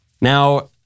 Now